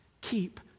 keep